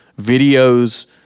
videos